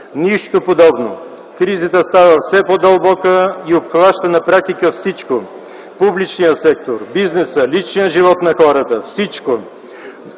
Нищо подобно! Кризата става все по-дълбока и обхваща на практика всичко – публичния сектор, бизнеса, личния живот на хората, всичко!